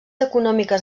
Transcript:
econòmiques